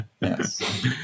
yes